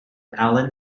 allen